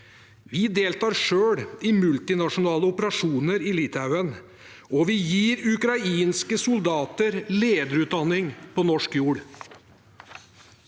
Vi deltar selv i multinasjonale operasjoner i Litauen, og vi gir ukrainske soldater lederutdanning på norsk jord.